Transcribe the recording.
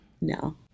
No